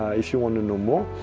ah if you want to know more.